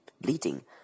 bleeding